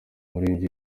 umuririmbyi